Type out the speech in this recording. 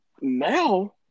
now